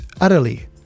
utterly